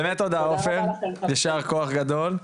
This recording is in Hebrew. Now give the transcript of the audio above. באמת תודה עופר, יישר כוח גדול!